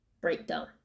breakdown